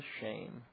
shame